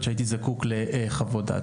שהייתי זקוק לחוות דעת,